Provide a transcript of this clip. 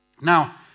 Now